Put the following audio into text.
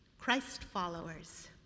Christ-followers